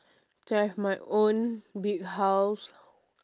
to have my own big house